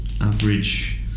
average